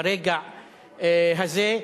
ברגע הזה.